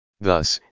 Thus